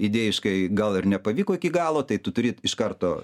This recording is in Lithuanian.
idėjiškai gal ir nepavyko iki galo tai tu turi iš karto